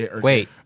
Wait